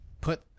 put